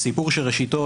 סיפור שנמצא אתנו